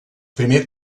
primer